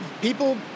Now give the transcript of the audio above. people